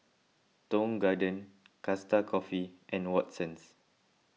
Tong Garden Costa Coffee and Watsons